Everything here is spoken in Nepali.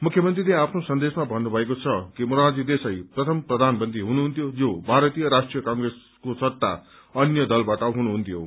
मुख्यमन्त्रीले आफ्नो सन्देशमा भन्नुभएको छ कि मोरारजी देशाई प्रथम प्रधानमन्त्री हुनुहुन्थ्यो जो भारतीय राष्ट्रीय कंग्रेस सट्टा अन्य दलबाट हुनुहुन्थ्यो